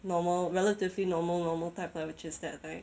normal relatively normal normal type lah which is that like